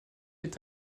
est